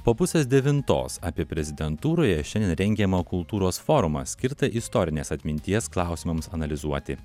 po pusės devintos apie prezidentūroje šiandien rengiamą kultūros forumą skirtą istorinės atminties klausimams analizuoti